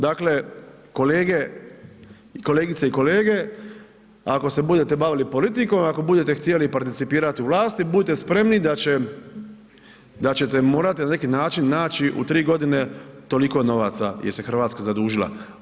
Dakle, kolegice i kolege ako se budete bavili politikom, ako budete htjeli participirati u vlasti budite spremni da ćete morati na neki način naći u tri godine toliko novaca jel se Hrvatska zadužila.